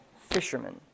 fishermen